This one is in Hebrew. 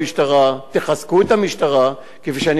תחזקו את המשטרה כפי שאני מצפה מכם.